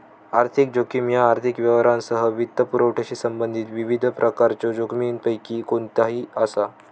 आर्थिक जोखीम ह्या आर्थिक व्यवहारांसह वित्तपुरवठ्याशी संबंधित विविध प्रकारच्यो जोखमींपैकी कोणताही असा